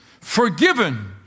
Forgiven